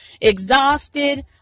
exhausted